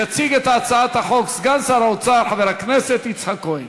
יציג את הצעת החוק סגן שר האוצר חבר הכנסת יצחק כהן.